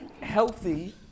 healthy